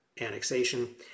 annexation